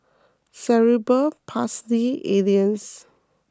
Cerebral Palsy Alliance